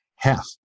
Half